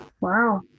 Wow